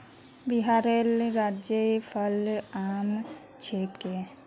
बिहारेर राज्य फल आम छिके